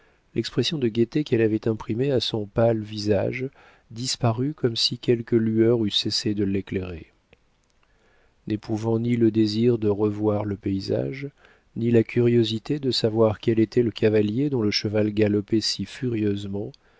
l'expression de gaieté qu'elle avait imprimée à son pâle visage disparut comme si quelque lueur eût cessé de l'éclairer n'éprouvant ni le désir de revoir le paysage ni la curiosité de savoir quel était le cavalier dont le cheval galopait si furieusement